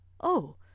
Oh